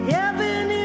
Heaven